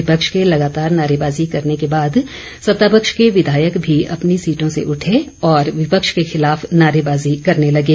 विपक्ष के लगातार नारेबाजी करने के बाद सत्तापक्ष के विधायक भी अपनी सीटों से उठे और विपक्ष के खिलाफ नारेबाजी करने लगे